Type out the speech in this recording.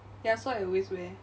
ya so I always wear